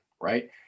right